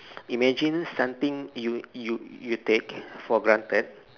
imagine something you you you take for granted